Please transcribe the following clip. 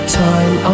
time